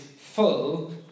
full